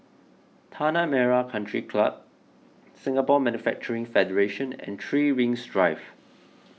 Tanah Merah Country Club Singapore Manufacturing Federation and three Rings Drive